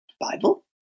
Bible